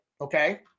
Okay